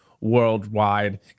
worldwide